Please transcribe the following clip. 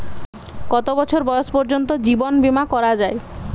কত বছর বয়স পর্জন্ত জীবন বিমা করা য়ায়?